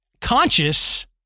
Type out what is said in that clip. conscious